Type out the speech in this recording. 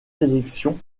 sélections